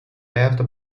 left